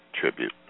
tribute